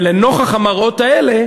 ולנוכח המראות האלה